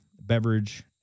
beverage